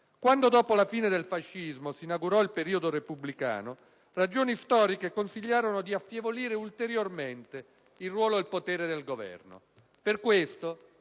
Quando dopo la fine del fascismo si inaugurò il periodo repubblicano, ragioni storiche consigliarono di affievolire ulteriormente il ruolo e il potere del Governo. Per questo,